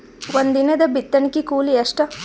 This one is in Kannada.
ಒಂದಿನದ ಬಿತ್ತಣಕಿ ಕೂಲಿ ಎಷ್ಟ?